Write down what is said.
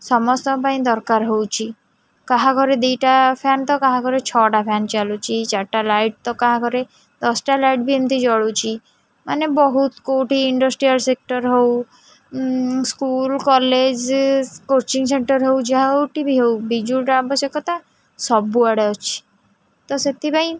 ସମସ୍ତଙ୍କ ପାଇଁ ଦରକାର ହେଉଛି କାହା ଘରେ ଦିଟା ଫ୍ୟାନ୍ ତ କାହା ଘରେ ଛଅଟା ଫ୍ୟାନ୍ ଚାଲୁଛି ଚାରିଟା ଲାଇଟ୍ ତ କାହା ଘରେ ଦଶଟା ଲାଇଟ୍ ବି ଏମିତି ଜଳୁଛି ମାନେ ବହୁତ କେଉଁଠି ଇଣ୍ଡଷ୍ଟ୍ରିଆଲ ସେକ୍ଟର ହଉ ସ୍କୁଲ କଲେଜ୍ କୋଚିଂ ସେଣ୍ଟର ହଉ ଯାହା ହଉ ଟି ଭି ହଉ ବିଜୁଳିର ଆବଶ୍ୟକତା ସବୁଆଡ଼େ ଅଛି ତ ସେଥିପାଇଁ